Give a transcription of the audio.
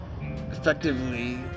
effectively